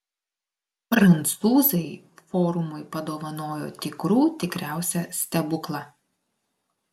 prancūzai forumui padovanojo tikrų tikriausią stebuklą